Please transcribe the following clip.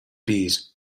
bees